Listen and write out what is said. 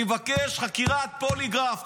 אני מבקש חקירת פוליגרף.